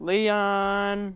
Leon